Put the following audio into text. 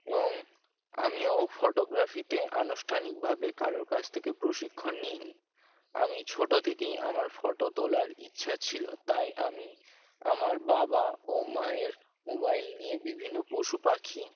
এবং আমিও ফটোগ্রাফিতে আনুষ্ঠানিকভাবে কারোর কাছ থেকে প্রশিক্ষণ নিইনি আমি ছোটো থেকেই আমার ফটো তোলার ইচ্ছা ছিল তাই আমি আমার বাবা ও মায়ের মোবাইল নিয়ে বিভিন্ন পশু পাখি